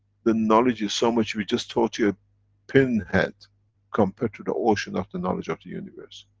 the knowledge is so much we just taught you a pinhead compared to the ocean of the knowledge of the universe.